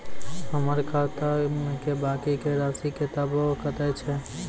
हमर खाता के बाँकी के रासि बताबो कतेय छै?